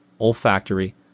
olfactory